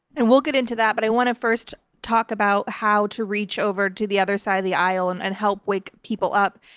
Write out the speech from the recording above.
and we'll get into that, but i want to first talk about how to reach over to the other side of the aisle and and help wake people up,